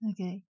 Okay